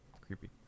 Creepy